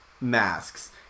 masks